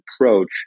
approach